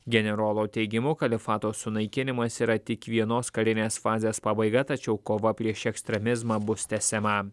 generolo teigimu kalifato sunaikinimas yra tik vienos karinės fazės pabaiga tačiau kova prieš ekstremizmą bus tęsiama